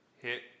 hit